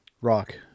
Rock